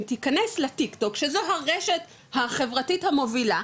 אם תיכנס לטיק טוק שזו הרשת החברתית המובילה,